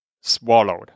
swallowed